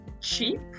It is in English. cheap